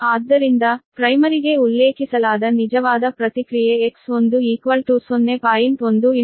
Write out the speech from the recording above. ಆದ್ದರಿಂದ ಪ್ರೈಮರಿಗೆ ಉಲ್ಲೇಖಿಸಲಾದ ನಿಜವಾದ ಪ್ರತಿಕ್ರಿಯೆ X1 0